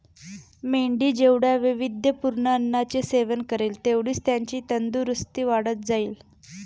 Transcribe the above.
मेंढी जेवढ्या वैविध्यपूर्ण अन्नाचे सेवन करेल, तेवढीच त्याची तंदुरस्ती वाढत जाईल